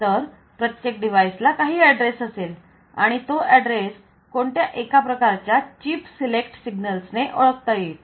तर प्रत्येक डिवाइस ला काही एड्रेस असेल आणि तो ऍड्रेस कोणत्या एका प्रकारच्या चीप सिलेक्ट सिग्नल्स ने ओळखता येईल